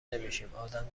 نمیشیم، ادم